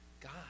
God